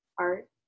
art